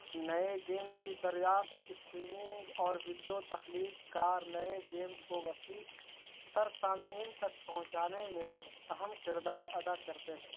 نئے گیمس کی دریافت اسٹریمنگ اور ویڈیو تخلیق کار نئے گیمز کو وسیع تر سامعین تک پہنچانے میں اہم کردار ادا کرتے ہیں